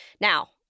Now